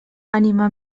ànima